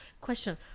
question